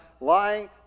lying